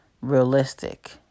realistic